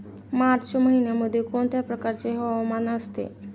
मार्च महिन्यामध्ये कोणत्या प्रकारचे हवामान असते?